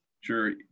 Sure